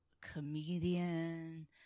comedian